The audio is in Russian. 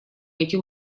эти